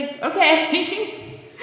okay